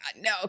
no